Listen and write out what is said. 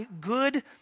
good